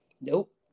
nope